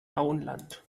auenland